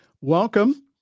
Welcome